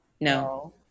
No